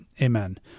Amen